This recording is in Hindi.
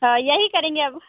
हाँ यही करेंगे अब